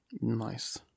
Nice